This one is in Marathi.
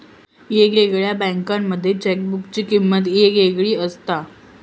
येगयेगळ्या बँकांमध्ये चेकबुकाची किमंत येगयेगळी असता